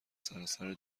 سراسر